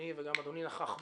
ואדוני נכח בו.